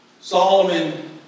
Solomon